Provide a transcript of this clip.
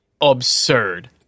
absurd